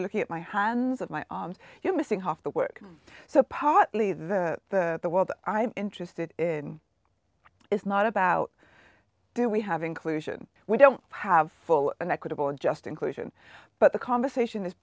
you're looking at my hands of my arms you missing half the work so partly the the the world i'm interested in is not about do we have inclusion we don't have full and equitable and just inclusion but the conversation is